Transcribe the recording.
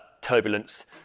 turbulence